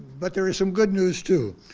but there is some good news too,